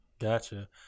Gotcha